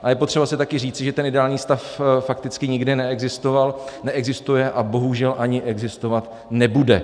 A je potřeba si také říci, že ideální stav fakticky nikdy neexistoval, neexistuje a bohužel ani existovat nebude.